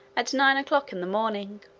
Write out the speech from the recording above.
at nine o'clock in the morning.